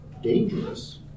dangerous